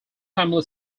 family